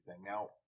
now